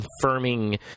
confirming